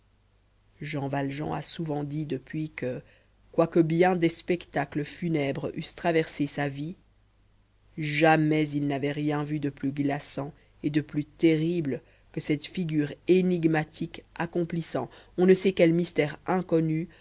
jean valjean a souvent dit depuis que quoique bien des spectacles funèbres eussent traversé sa vie jamais il n'avait rien vu de plus glaçant et de plus terrible que cette figure énigmatique accomplissant on ne sait quel mystère inconnu